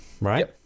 right